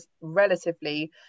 relatively